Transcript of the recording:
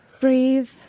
Breathe